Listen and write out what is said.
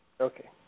Okay